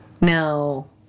no